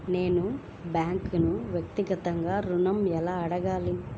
నేను బ్యాంక్ను వ్యక్తిగత ఋణం ఎలా అడగాలి?